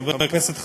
חבר כנסת חנין,